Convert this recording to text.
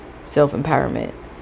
self-empowerment